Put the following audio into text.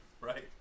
Right